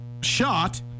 shot